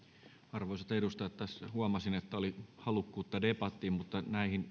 arvoisat edustajat huomasin että tässä oli halukkuutta debattiin mutta näihin